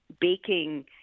baking